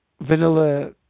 vanilla